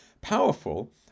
powerful